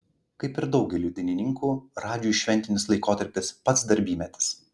kaip ir daugeliui dainininkų radžiui šventinis laikotarpis pats darbymetis